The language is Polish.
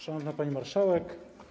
Szanowna Pani Marszałek!